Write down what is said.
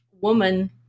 woman